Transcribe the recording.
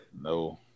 No